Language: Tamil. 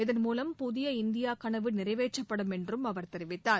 இதன்மூலம் புதிய இந்தியா கனவு நிறைவேற்றப்படும் என்றும் அவர் தெரிவித்தார்